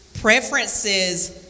preferences